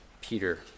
Peter